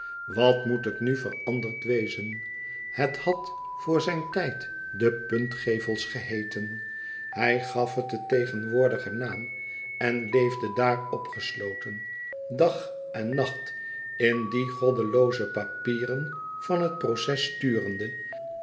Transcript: wat moet het nu veranderd wezen het had voor zijn tijd de puntgevels geheeten hij gaf het den tegenwoordigen naam en leefde daar opgesloten dag en nacht in die goddelooze papieren van het proces turende